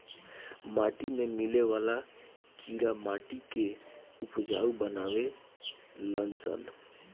माटी में मिले वाला कीड़ा माटी के उपजाऊ बानावे लन सन